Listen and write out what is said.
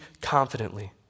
confidently